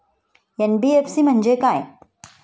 NBFC म्हणजे काय?